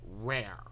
rare